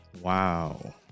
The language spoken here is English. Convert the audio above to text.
Wow